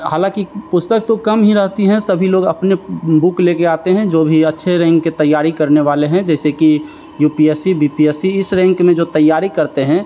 हालाँकि पुस्तक तो कम ही रहती हैं सभी लोग अपने बुक लेकर आते हैं जो भी अच्छे रैंक की तैयारी करने वाले हैं जैसे कि U P S C B P S C इस रैंक में जो तैयारी करते हैं